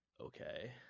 okay